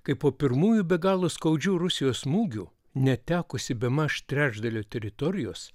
kai po pirmųjų be galo skaudžių rusijos smūgių netekusi bemaž trečdalio teritorijos